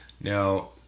now